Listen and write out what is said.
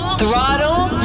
throttle